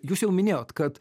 jūs jau minėjot kad